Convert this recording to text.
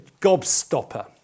gobstopper